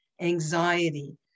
anxiety